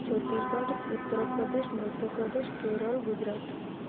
Chhattisgarh Uttar Pradesh Madhya Pradesh Kerala Gujarat